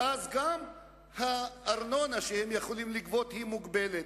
ואז גם הארנונה שהם יכולים לגבות היא מוגבלת.